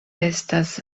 estas